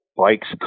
Bikes